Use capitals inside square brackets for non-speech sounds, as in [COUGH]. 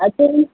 [UNINTELLIGIBLE]